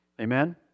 Amen